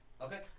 okay